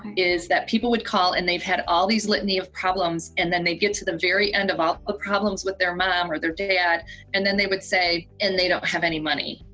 is that people would call and they'd had all these litany of problems and then they'd get to the very end of all the ah problems with their mum um or their dad and then they would say and they don't have any money.